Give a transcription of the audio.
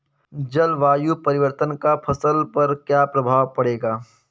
जलवायु परिवर्तन का फसल पर क्या प्रभाव पड़ेगा?